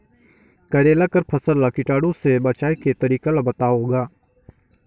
करेला कर फसल ल कीटाणु से बचाय के तरीका ला बताव ग?